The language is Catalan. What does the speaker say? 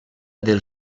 del